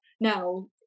now